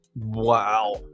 Wow